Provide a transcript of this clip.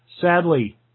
Sadly